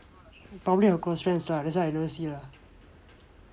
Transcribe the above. probably her close friends lah that's why I don't see lah